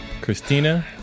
Christina